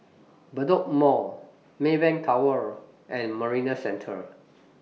Bedok Mall Maybank Tower and Marina Centre